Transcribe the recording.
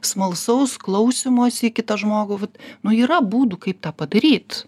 smalsaus klausymosi į kitą žmogų va nu yra būdų kaip tą padaryt